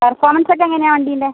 performance ഒക്കെ എങ്ങനെയാണ് വണ്ടിയിൻ്റെ